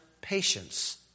patience